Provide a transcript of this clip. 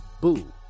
Boo